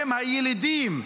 עם הילידים,